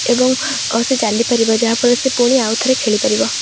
ଏବଂ ସେ ଚାଲିପାରିବ ଯାହା ଫଳରେ ସେ ପୁଣି ଆଉ ଥରେ ଖେଳିପାରିବ